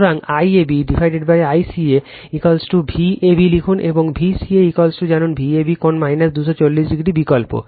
সুতরাং IAB ICA Vab লিখুন এবং Vca জানুন Vab কোণ 240o বিকল্প